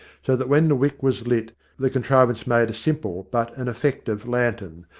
so that when the wick was lit the contrivance made a simple but an effective lantern,